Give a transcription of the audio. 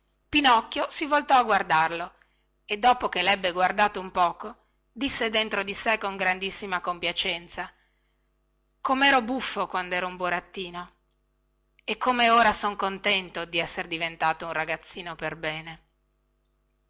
pinocchio si voltò a guardarlo e dopo che lebbe guardato un poco disse dentro di sé con grandissima compiacenza comero buffo quandero un burattino e come ora son contento di essere diventato un ragazzino perbene